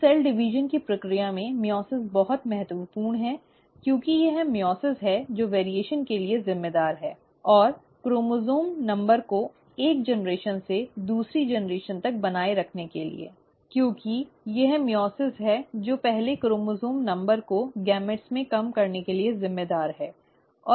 तो कोशिका विभाजन की प्रक्रिया में मइओसिस बहुत महत्वपूर्ण है क्योंकि यह मइओसिस है जो भिन्नता के लिए जिम्मेदार है और क्रोमोसोम् संख्या को एक पीढ़ी से दूसरी पीढ़ी तक बनाए रखने के लिए क्योंकि यह मइओसिस है जो पहले क्रोमोसोम् संख्या को युग्मक में कम करने के लिए जिम्मेदार है